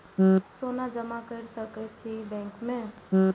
सोना जमा कर सके छी बैंक में?